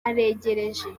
aregereje